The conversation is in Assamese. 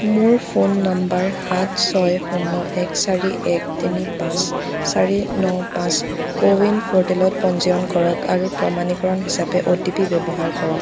মোৰ ফোন নম্বৰ সাত ছয় শূণ্য় এক চাৰি এক তিনি পাঁচ চাৰি ন পাঁচ কোৱিন প'ৰ্টেলত পঞ্জীয়ন কৰক আৰু প্ৰমাণীকৰণ হিচাপে অ' টি পি ব্যৱহাৰ কৰক